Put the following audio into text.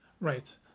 Right